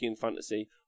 fantasy